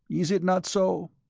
is it not so?